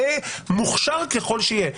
מוכשר ככל שיהיה,